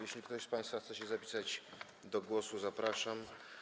Jeśli ktoś z państwa chce się zapisać do głosu, to zapraszam.